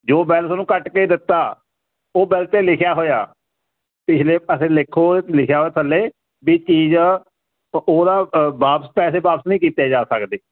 ਜੋ ਬਿਲ ਥੋਨੂੰ ਕੱਟ ਕੇ ਦਿੱਤਾ ਉਹ ਬਿਲ ਤੇ ਲਿਖਿਆ ਹੋਇਆ ਪਿਛਲੇ ਪਾਸੇ ਲਿਖੋ ਲਿਖਿਆ ਥੱਲੇ ਵੀ ਚੀਜ਼ ਉਹਦਾ ਵਾਪਸ ਪੈਸੇ ਵਾਪਸ ਨਹੀਂ ਕੀਤੇ ਜਾ ਸਕਦੇ